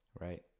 Right